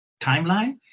timeline